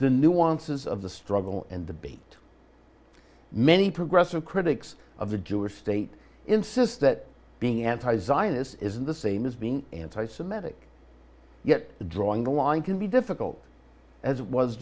the nuances of the struggle and debate many progressive critics of the jewish state insist that being anti zionists isn't the same as being anti semitic yet the drawing the line can be difficult as it was